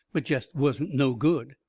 but jest wasn't no good.